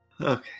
Okay